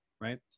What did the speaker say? Right